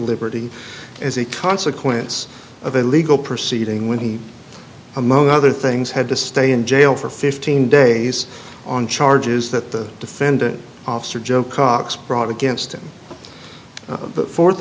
liberty as a consequence of a legal proceeding when he among other things had to stay in jail for fifteen days on charges that the defendant officer joe cox brought against him that fourth